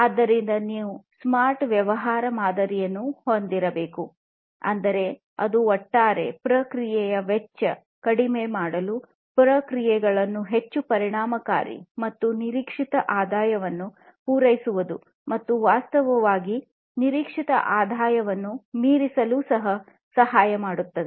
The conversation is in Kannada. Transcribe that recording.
ಆದ್ದರಿಂದ ನೀವು ಸ್ಮಾರ್ಟ್ ವ್ಯವಹಾರ ಮಾದರಿಯನ್ನು ಹೊಂದಿರಬೇಕು ಅಂದರೆ ಅದು ಒಟ್ಟಾರೆ ಪ್ರಕ್ರಿಯೆಯ ವೆಚ್ಚ ಕಡಿಮೆ ಮಾಡಲು ಪ್ರಕ್ರಿಯೆಗಳನ್ನು ಹೆಚ್ಚು ಪರಿಣಾಮಕಾರಿಯಾಗಿ ಮತ್ತು ನಿರೀಕ್ಷಿತ ಆದಾಯವನ್ನು ಪೂರೈಸುವುದು ಮತ್ತು ವಾಸ್ತವವಾಗಿ ನಿರೀಕ್ಷಿತ ಆದಾಯವನ್ನು ಮೀರಿಸಲು ಸಹಾಯ ಮಾಡುವುದು